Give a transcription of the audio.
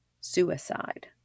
suicide